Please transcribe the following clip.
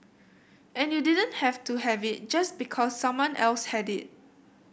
and you didn't have to have it just because someone else had it